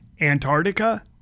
Antarctica